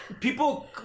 people